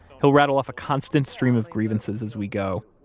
he'll rattle off a constant stream of grievances as we go.